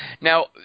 Now